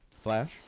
Flash